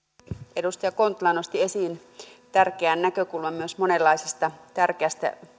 edustaja kontula nosti esiin tärkeän näkökulman myös monenlaisesta tärkeästä